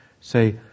say